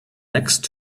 next